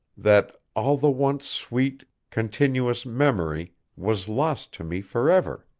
that all the once sweet, continuous memory was lost to me forever.